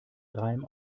reim